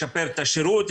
ישפר את השירות,